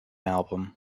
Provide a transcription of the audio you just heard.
album